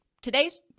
today's